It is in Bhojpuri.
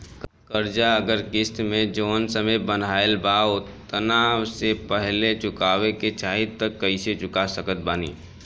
कर्जा अगर किश्त मे जऊन समय बनहाएल बा ओतना से पहिले चुकावे के चाहीं त कइसे चुका सकत बानी?